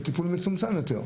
בטיפול מצומצם יותר.